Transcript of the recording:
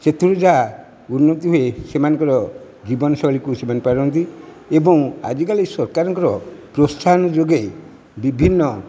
ସେଥିରୁ ଯାହା ଉନ୍ନତି ହୁଏ ସେମାନଙ୍କର ଜୀବନଶୈଳୀକୁ ସେମାନେ ପାରନ୍ତି ଏବଂ ଆଜି କାଲି ସରକାରଙ୍କର ପ୍ରୋତ୍ସାହନ ଯୋଗେ ବିଭିନ୍ନ